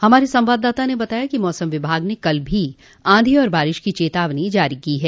हमारे संवाददाता ने बताया कि मौसम विभाग ने कल भी आंधी और बारिश की चेतावनी जारी की है